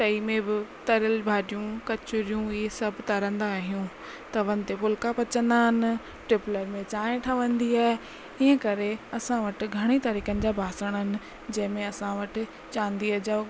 तई में बि तरियल भाॼियूं कचिरयूं ईये सभु तरंदा आहियूं तवनि ते फुल्का पचंदा आहिनि टिपलनि में चांहि ठहंदी आहे ईअं करे असां वटि घणी तरीक़नि जा बासण आहिनि जंहिंमें असां वटि चांदीअ जो